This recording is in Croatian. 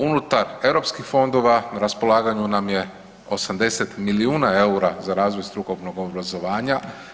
Unutar europskih fondova na raspolaganju nam je 80 milijuna EUR-a za razvoj strukovnog obrazovanja.